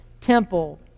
temple